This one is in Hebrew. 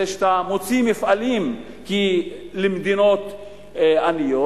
זה שאתה מוציא מפעלים למדינות עניות,